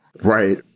Right